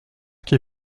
qu’il